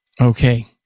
Okay